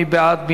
מי בעד?